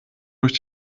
durch